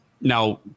Now